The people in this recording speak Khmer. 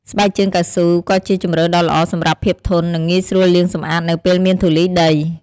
ស្បែកជើងកៅស៊ូ ក៏ជាជម្រើសដ៏ល្អសម្រាប់ភាពធន់ និងងាយស្រួលលាងសម្អាតនៅពេលមានធូលីដី។